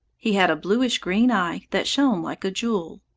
he had a bluish green eye that shone like a jewel.